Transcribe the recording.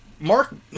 Mark